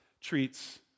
treats